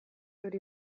hori